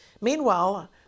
Meanwhile